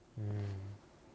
mm